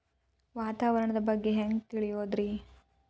ವಾತಾವರಣದ ಬಗ್ಗೆ ಹ್ಯಾಂಗ್ ತಿಳಿಯೋದ್ರಿ?